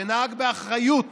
שנהג באחריות